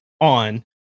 on